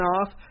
off